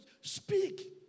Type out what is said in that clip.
speak